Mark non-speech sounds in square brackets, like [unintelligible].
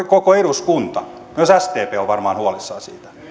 [unintelligible] koko eduskunta myös sdp on varmaan huolissaan siitä